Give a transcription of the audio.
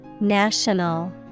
National